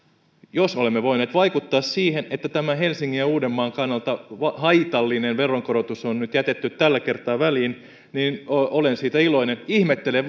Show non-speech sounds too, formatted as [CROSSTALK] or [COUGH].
jos olemme voineet vaikuttaa siihen että tämä helsingin ja uudenmaan kannalta haitallinen veronkorotus on nyt jätetty tällä kertaa väliin niin olen siitä iloinen ihmettelen [UNINTELLIGIBLE]